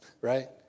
right